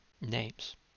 names